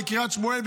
בקריית שמואל,